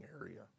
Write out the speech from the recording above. area